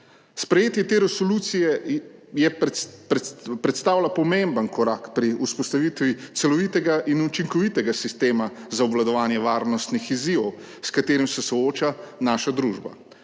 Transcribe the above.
Sprejetje te resolucije predstavlja pomemben korak pri vzpostavitvi celovitega in učinkovitega sistema za obvladovanje varnostnih izzivov, s katerimi se sooča naša družba.